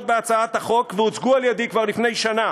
בהצעת החוק והוצגו על-ידי כבר לפני שנה?